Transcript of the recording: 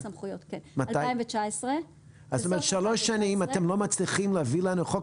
משנת 2019. זאת אומרת: שלוש שנים אתם לא מצליחים להביא לנו חוק?